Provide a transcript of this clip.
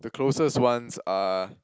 the closest ones are